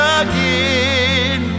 again